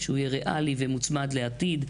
כך שהוא יהיה ריאלי ומוצמד לעתיד.